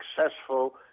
successful